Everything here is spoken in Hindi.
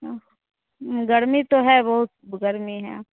गर्मी तो है बहुत गर्मी है